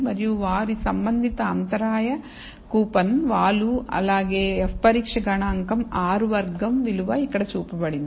మరియు వారి సంబంధిత అంతరాయ కూపన్ వాలు అలాగే f పరీక్ష గణాంకం r వర్గం విలువ ఇక్కడ చూపబడింది